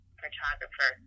photographer